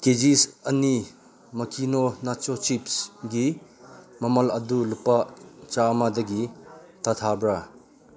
kgs ꯑꯅꯤ ꯃꯀꯤꯅꯣ ꯅꯥꯆꯣ ꯆꯤꯞꯁꯒꯤ ꯃꯃꯜ ꯑꯗꯨ ꯂꯨꯄꯥ ꯆꯥꯃꯗꯒꯤ ꯇꯥꯊꯕ꯭ꯔꯥ